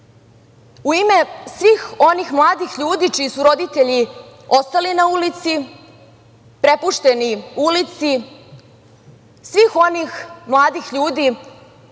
U ime svih onih mladih ljudi čiji su roditelji ostali na ulici, prepušteni ulici, svih onih mladih ljudi